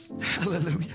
hallelujah